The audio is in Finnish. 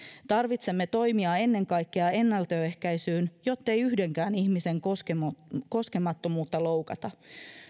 tarvitsemme toimia ennen kaikkea ennaltaehkäisyyn jottei yhdenkään ihmisen koskemattomuutta loukata